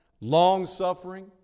Long-suffering